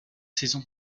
saisons